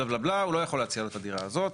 והוא לא יכול להציע לו את הדירה הזאת.